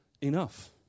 enough